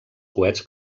coets